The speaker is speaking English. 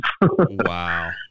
Wow